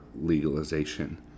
legalization